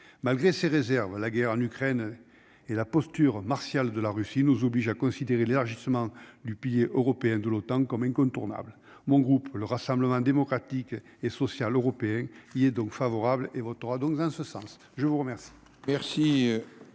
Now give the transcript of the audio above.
malgré ces réserves, la guerre en Ukraine et la posture martiale de la Russie nous oblige à considérer l'élargissement du pilier européen de l'OTAN comme incontournable, mon groupe le Rassemblement démocratique et social européen, il est donc favorable et votera donc dans ce sens, je vous remercie.